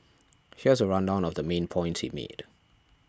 here's a rundown of the main points he made